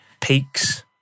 peaks